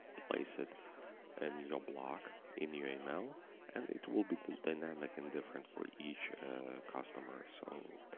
place it and your block in your email and it will be dynamic and different for each customer. so,